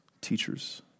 teachers